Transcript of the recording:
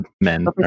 men